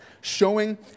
showing